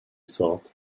thought